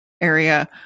area